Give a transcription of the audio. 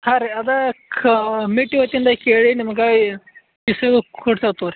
ಹಾಂ ರೀ ಅದು ಕಮೀಟಿ ವಚನ್ದಾಗ ಕೇಳಿ ನಿಮ್ಗ ಕೊಡ್ಸಣ ತಗೋರಿ